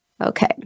Okay